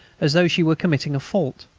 as though she were committing a fault.